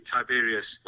Tiberius